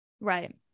right